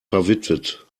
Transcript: verwitwet